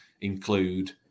include